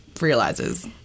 realizes